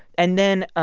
and then,